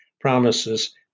promises